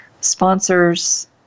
sponsors